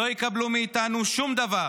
לא יקבלו מאיתנו שום דבר.